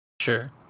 Sure